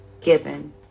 given